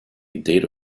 data